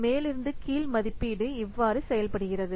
மேலிருந்து கீழ் மதிப்பீடு இவ்வாறு செயல்படுகிறது